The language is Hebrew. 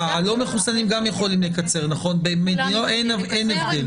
הלא מחוסנים גם יכולים לקצר --- אין הבדל.